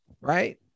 Right